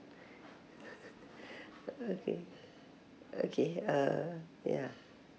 okay uh ya